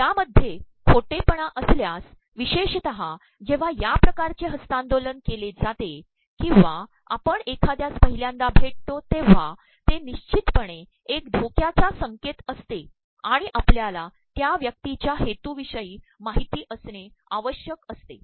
यामध्ये खोिेपणा असल्यास प्रवशेषत जेव्हा या िकारचे हस्त्तांदोलन केले जाते ककंवा आपण एखाद्यास पद्रहल्यांदा भेितो तेव्हा ते तनप्श्चतपणे एक धोक्याचा संके त असते आणण आपल्याला त्या व्यक्तीच्या हेतूप्रवषयी माद्रहती असणे आवश्यक असते